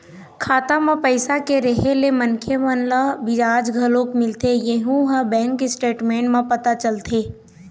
खाता म पइसा के रेहे ले मनखे मन ल बियाज घलोक मिलथे यहूँ ह बैंक स्टेटमेंट म पता चलथे